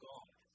God